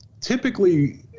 Typically